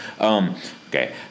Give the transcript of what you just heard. Okay